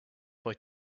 stuff